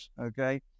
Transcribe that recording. okay